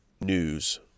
news